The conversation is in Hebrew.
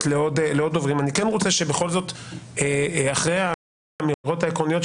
כן רוצה בכל זאת אחרי האמירות העקרוניות,